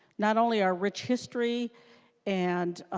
not only are rich history and